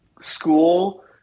school